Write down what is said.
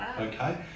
Okay